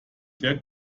der